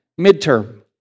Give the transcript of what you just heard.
midterm